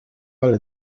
valle